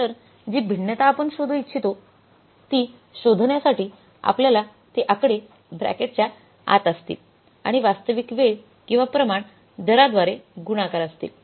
तर जी भिन्नता आपण शोधू इच्छित आहोत ती शोधण्यासाठी आपल्याला ते आकडे ब्रॅकेटच्या आत असतील आणि वास्तविक वेळ किंवा प्रमाण दरांद्वारे गुणाकार असतील